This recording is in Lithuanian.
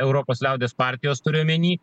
europos liaudies partijos turiu omeny